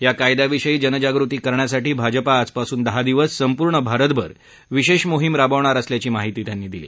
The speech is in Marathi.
या कायद्याविषयी जनजागृती करण्यासाठी भाजपा आजपासून दहा दिवस संपूर्ण भारतभर विशेष मोहीम राबवणार असल्याची माहिती त्यांनी दिली